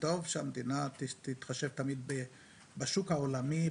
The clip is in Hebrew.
טוב שהמדינה תתחשב תמיד בשוק העולמי,